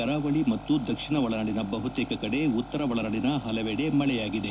ಕರಾವಳಿ ಮತ್ತು ದಕ್ಷಿಣ ಒಳನಾಡಿನ ಬಹುತೇಕ ಕೆಡೆ ಉತ್ತರ ಒಳನಾಡಿನ ಹಲವೆಡೆ ಮಳೆಯಾಗಿದೆ